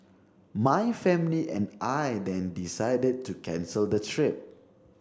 my family and I then decided to cancel the trip